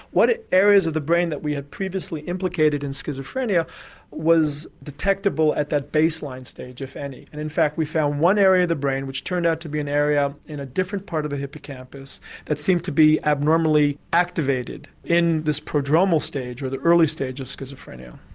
what ah areas of the brain that we had previously implicated in schizophrenia were detectable at that base line stage if any. and in fact we found one area of the brain which turned out to be an area in a different part of the hippocampus that seemed to be abnormally activated in this prodromal stage or the early stage of schizophrenia.